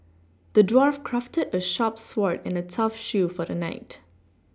the dwarf crafted a sharp sword and a tough shield for the knight